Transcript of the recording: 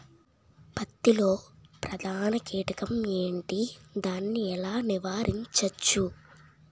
పత్తి లో ప్రధాన కీటకం ఎంటి? దాని ఎలా నీవారించచ్చు?